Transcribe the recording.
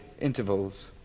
intervals